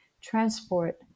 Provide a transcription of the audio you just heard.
transport